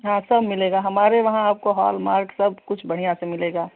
हाँ सब मिलेगा हमारे वहाँ आपको हॉलमार्क सब कुछ बढ़िया से मिलेगा